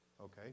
Okay